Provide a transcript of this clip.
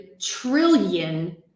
trillion